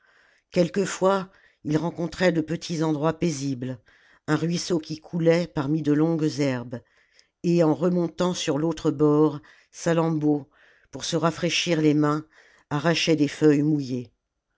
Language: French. quelquefois ils rencontraient de petits endroits paisibles un ruisseau qui coulait parmi de longues herbes et en remontant sur l'autre bord salammbô pour se rafraîchir les mains arrachait des feuilles mouillées